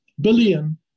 billion